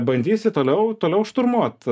bandysi toliau toliau šturmuot